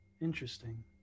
Interesting